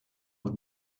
with